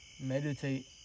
Meditate